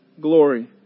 glory